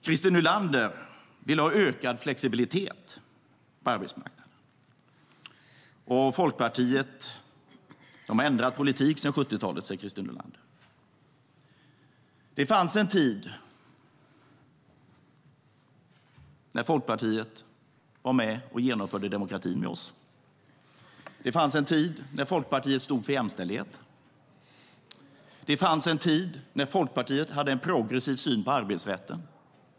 Christer Nylander vill ha ökad flexibilitet på arbetsmarknaden. Folkpartiet har ändrat politik sedan 70-talet, säger Christer Nylander. Det fanns en tid när Folkpartiet var med och genomförde demokratin med oss. Det fanns en tid när Folkpartiet stod för jämställdhet. Det fanns en tid när Folkpartiet hade en progressiv syn på arbetsrätten.